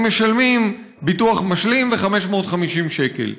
אם משלמים ביטוח משלים ו-550 שקל.